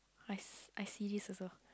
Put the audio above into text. I se~ I see this also